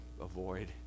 avoid